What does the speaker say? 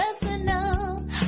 personal